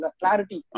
clarity